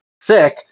sick